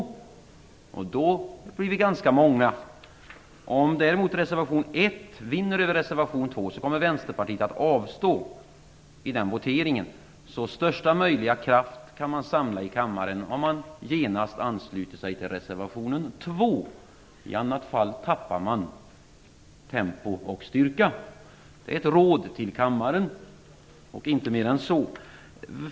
Då blir vi ganska många. Om däremot reservation 1 vinner över reservation 2 kommer Vänsterpartiet att avstå i den voteringen. Så största möjliga kraft kan man samla i kammaren om man genast ansluter sig till reservationen 2. I annat fall tappar man tempo och styrka. Det är ett råd till kammaren och inte mer än så.